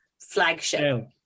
flagship